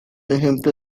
ejemplo